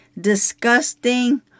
disgusting